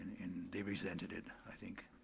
and they resented it, i think.